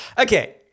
Okay